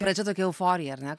pradžia tokia euforija ar ne